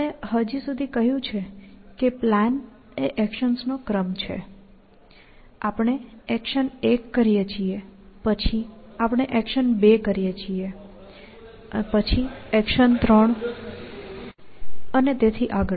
આપણે હજી સુધી કહ્યું છે કે પ્લાન એ એક્શન્સનો ક્રમ છે આપણે એક્શન 1 કરીએ છીએ પછી આપણે એક્શન 2 કરીએ છીએ અને પછી આપણે એક્શન 3 અને તેથી આગળ